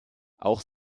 auch